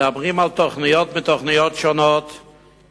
מדברים על תוכניות מתוכניות שונות,